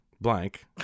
blank